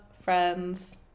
friends